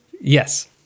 Yes